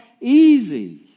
easy